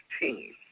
team